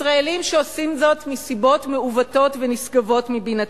ישראלים שעושים זאת מסיבות מעוותות ונשגבות מבינתי,